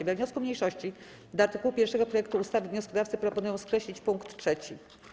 We wniosku mniejszości do art. 1 projektu ustawy wnioskodawcy proponują skreślić pkt 3.